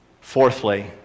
Fourthly